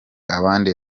abandi